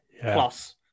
plus